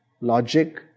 logic